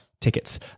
tickets